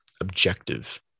objective